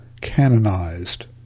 canonized